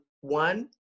one